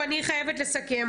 אני חייבת לסכם.